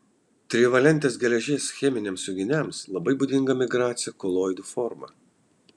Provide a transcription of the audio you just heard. trivalentės geležies cheminiams junginiams labai būdinga migracija koloidų forma